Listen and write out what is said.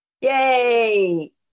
Yay